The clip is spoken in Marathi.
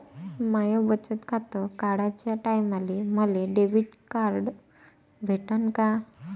माय बचत खातं काढाच्या टायमाले मले डेबिट कार्ड भेटन का?